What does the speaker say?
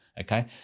Okay